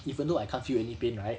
even though I can't feel any pain right